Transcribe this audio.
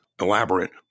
elaborate